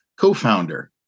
co-founder